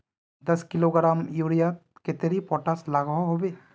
दस किलोग्राम यूरियात कतेरी पोटास लागोहो होबे?